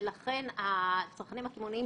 לכן הצרכנים הקמעונאיים